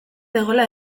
dagoela